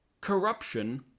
Corruption